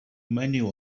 menu